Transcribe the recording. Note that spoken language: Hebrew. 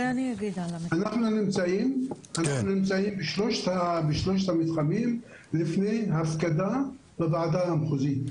אנחנו נמצאים בשלושת המתחמים לפני הפקדה בוועדה המחוזית.